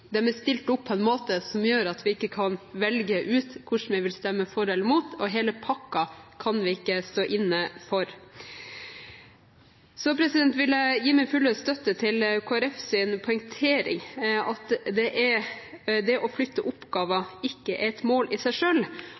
dem, fordi de er stilt opp på en måte som gjør at vi ikke kan velge ut hvordan vi vil stemme for eller imot, og hele pakka kan vi ikke stå inne for. Så vil jeg gi min fulle støtte til Kristelig Folkepartis poengtering, at det å flytte oppgaver ikke er et mål i seg